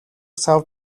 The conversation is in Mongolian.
сав